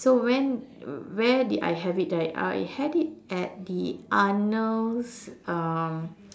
so when where did I have it right I had it at the Arnolds um